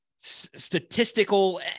statistical